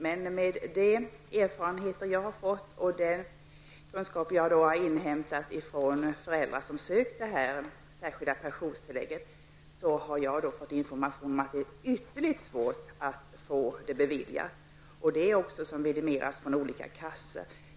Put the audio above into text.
Men enligt den information som jag har inhämtat från föräldrar som har sökt detta särskilda pensionstillägg är det ytterligt svårt att få detta beviljat. Detta vidimeras också från olika kassor.